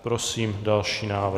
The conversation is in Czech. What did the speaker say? Prosím o další návrh.